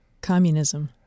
communism